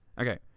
Okay